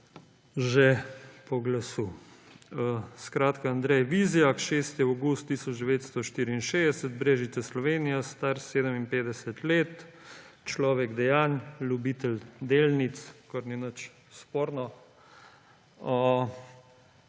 že po glasu. Skratka, Andrej Vizjak, 6. avgust 1964, Brežice, Slovenija, star 57 let. Človek dejanj, ljubitelj delnic, kar ni nič sporno.